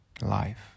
life